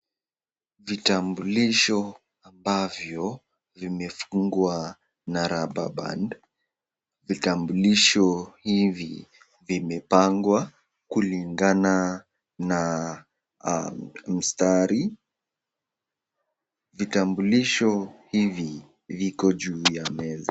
Vitambulisho ambavyo vimefungwa na rubber band . Vitambulisho hivi vimepangwa kulingana na mstari . Vitambulisho hivi viko juu ya meza .